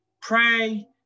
pray